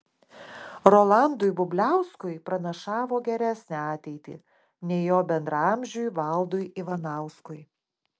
rolandui bubliauskui pranašavo geresnę ateitį nei jo bendraamžiui valdui ivanauskui